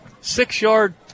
six-yard